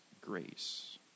grace